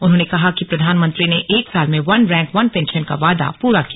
उन्होंने कहा कि प्रधानमंत्री ने एक साल में वन रैंक वन पेंशन का वादा पूरा किया